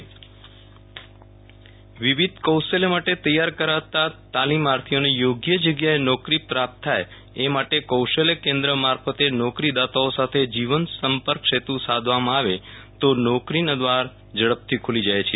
Viral Rana doctors meet વિવિધ કૌશલ્ય માટે તૈયાર કરાતા તાલીમાર્થીઓને યોગ્ય જગ્યાએ નોકરી પ્રાપ્ત થાય એ માટે કૌશલ્યકેન્દ્ર મારફતે નોકરીદાતાઓ સાથે જીવંત સંપર્ક સેતુ સાધવામાં આવે તો નોકરીના દ્વાર ઝડપથી ખુલી જાય છે